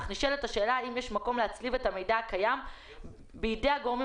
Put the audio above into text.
אך נשאלת השאלה האם יש מקום להצליב את המידע הקיים בידי הגורמים